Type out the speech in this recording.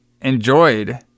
enjoyed